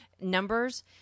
numbers